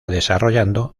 desarrollando